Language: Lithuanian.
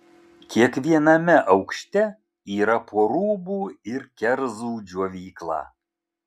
kiekviename aukšte yra po rūbų ir kerzų džiovyklą